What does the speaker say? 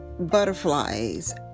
Butterflies